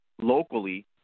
locally